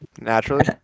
Naturally